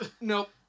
Nope